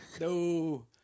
No